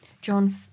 John